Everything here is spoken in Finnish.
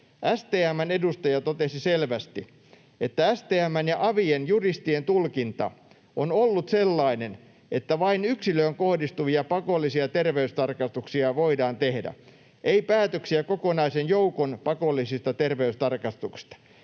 STM:n edustaja totesi selvästi, että STM:n ja avien juristien tulkinta on ollut sellainen, että vain yksilöön kohdistuvia pakollisia terveystarkastuksia voidaan tehdä, ei päätöksiä kokonaisen joukon pakollisista terveystarkastuksista.